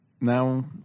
now